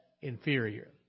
inferior